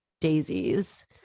daisies